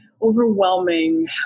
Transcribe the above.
overwhelming